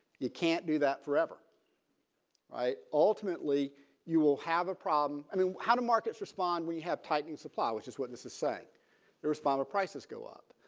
you can't do that forever right. ultimately you will have a problem. i mean how do markets respond we have tightening supply which is what this is saying responder prices go up.